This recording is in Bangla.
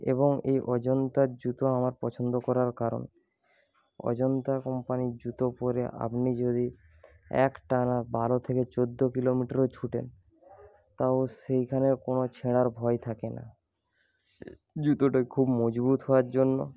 এবং এই অজন্তার জুতো আমার পছন্দ করার কারণ অজন্তা কোম্পানির জুতো পরে আপনি যদি একটানা বারো থেকে চোদ্দ কিলোমিটারও ছোটেন তাও সেখানে কোনো ছেঁড়ার ভয় থাকে না জুতোটা খুব মজবুত হওয়ার জন্য